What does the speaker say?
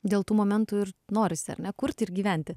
dėl tų momentų ir norisi ar ne kurti ir gyventi